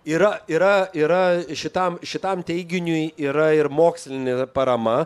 yra yra yra šitam šitam teiginiui yra ir mokslinė parama